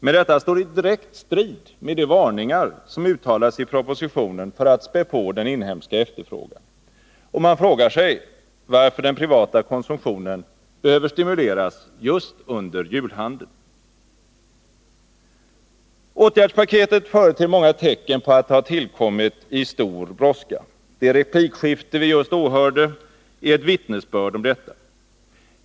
Men detta står i direkt strid med de varningar som uttalas i propositionen för att spä på den inhemska efterfrågan. Och man frågar sig varför den privata konsumtionen behöver stimuleras just under julhandeln. Åtgärdspaketet företer många tecken på att ha tillkommit i stor brådska. Det replikskifte vi just åhörde är ett vittnesbörd om detta.